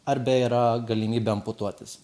arba yra galimybė amputuotis